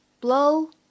blow